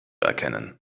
erkennen